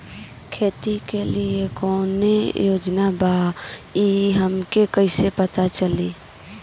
खेती के लिए कौने योजना बा ई हमके कईसे पता चली?